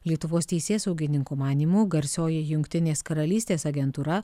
lietuvos teisėsaugininkų manymu garsioji jungtinės karalystės agentūra